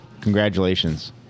Congratulations